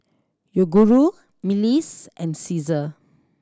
Yoguru Miles and Cesar